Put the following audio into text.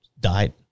died